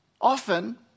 Often